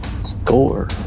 Score